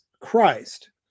Christ